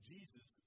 Jesus